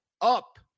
up